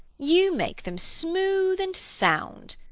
you make them smooth and sound,